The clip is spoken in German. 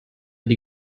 die